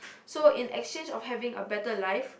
so in exchange of having a better life